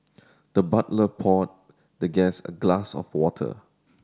the butler poured the guest a glass of water